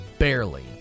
Barely